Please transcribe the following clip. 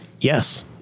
Yes